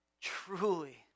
truly